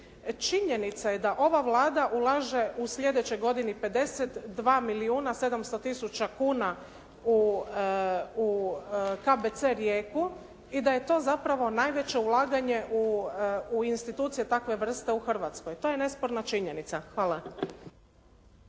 činjenica je da ova Vlada ulaže u sljedećoj godini 52 milijuna 750 tisuća kuna u KBC Rijeku i da je to zapravo najveće ulaganje u institucije takve vrste u Hrvatskoj. To je nesporna činjenica. Hvala.